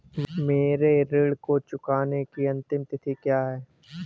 मेरे ऋण को चुकाने की अंतिम तिथि क्या है?